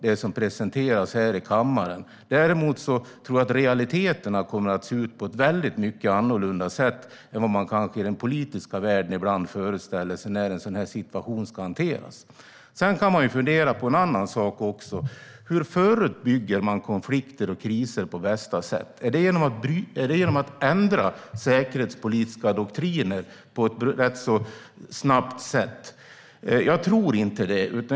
Jag tror att realiteterna när en sådan situation ska hanteras kommer att se ut på ett helt annat sätt än man i den politiska världen ibland föreställer sig. Man kan fundera på en annan sak också. Hur förebygger man konflikter och kriser på bästa sätt? Är det genom att ändra säkerhetspolitiska doktriner på ett snabbt sätt? Jag tror inte det.